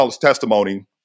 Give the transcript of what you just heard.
testimony